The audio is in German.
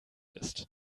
ist